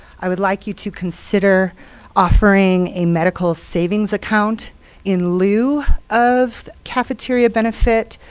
i would like you to consider offering a medical savings account in lieu of cafeteria benefits,